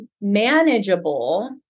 manageable